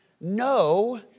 no